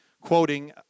quoting